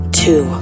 two